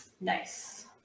Nice